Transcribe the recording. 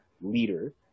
leader